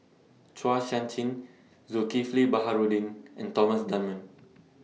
Chua Sian Chin Zulkifli Baharudin and Thomas Dunman